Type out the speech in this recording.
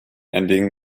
ending